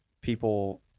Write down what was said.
people